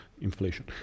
inflation